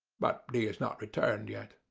but but he has not returned yet.